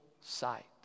sight